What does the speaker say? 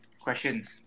questions